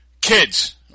kids